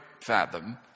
fathom